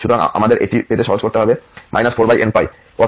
সুতরাং আমাদের এটি পেতে সহজ করতে হবে 4nπcos nπ